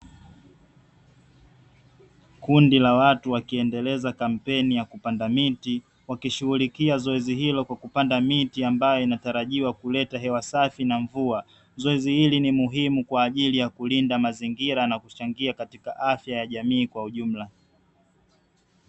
Kundi la watu wakiendeleza kampeni ya kupanda miti, wakishughulikia zoezi hilo kwa kupanda miti ambayo inatarajiwa kuleta hewa safi na mvua. Zoezi hili ni muhimu kwa ajili ya kulinda mazingira na kuchangia katika afya ya jamii kwa ujumla.